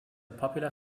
popular